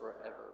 forever